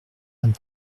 vingt